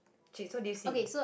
chi so what do you see